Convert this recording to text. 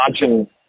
imagine